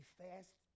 fast